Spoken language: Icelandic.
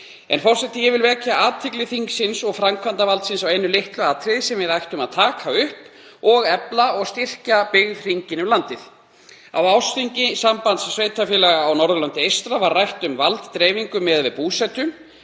Forseti. Ég vil vekja athygli þingsins og framkvæmdarvaldsins á einu litlu atriði sem við ættum að taka upp og efla og styrkja byggð hringinn um landið. Á ársþingi Sambands sveitarfélaga á Norðurlandi eystra var rætt um valddreifingu miðað við búsetu.